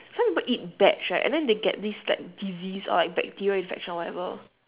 some people eat bats right and then they get like this disease or like bacteria infection or whatever